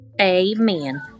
Amen